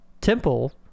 temple